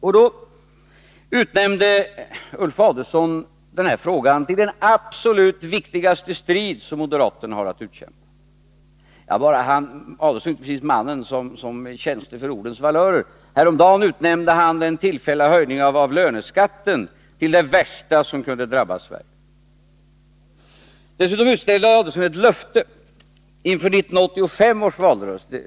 Nu utnämnde Ulf Adelsohn denna fråga till den absolut viktigaste stridsfråga som moderaterna har att kämpa med. Ulf Adelsohn är inte precis mannen som är känslig för ordens valörer. Häromdagen utnämnde han den tillfälliga höjningen av löneskatten som det värsta som kunde hända Sverige. Dessutom utställde Ulf Adelsohn ett löfte inför 1985 års valrörelse.